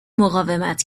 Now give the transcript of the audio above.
مقاومت